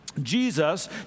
Jesus